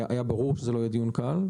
היה ברור שזה לא יהיה דיון קל,